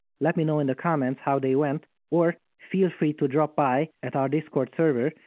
let me know in the comments how they went or feel free to drop by at our discord server,